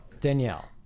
Danielle